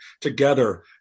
together